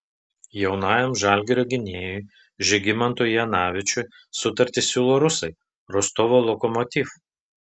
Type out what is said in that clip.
jaunajam žalgirio gynėjui žygimantui janavičiui sutartį siūlo rusai rostovo lokomotiv